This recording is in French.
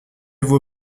vous